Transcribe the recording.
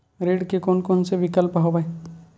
ऋण के कोन कोन से विकल्प हवय?